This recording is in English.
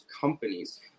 companies